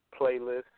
Playlist